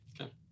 okay